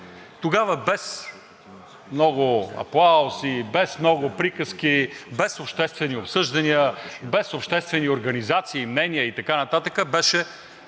Тогава без много аплауз и без много приказки, без обществени обсъждания, без обществени организации, мнения и така нататък беше,